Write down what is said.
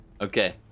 Okay